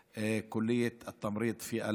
אוניברסיטת א-נג'אח בשכם,